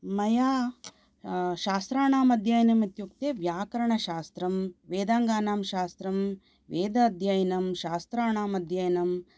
मया शास्त्राणाम् अध्ययनम् इत्युक्ते व्याकरणशास्त्रं वेदाङ्गानां शास्त्रं वेद अध्ययनं शास्त्राणाम् अध्ययनं